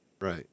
right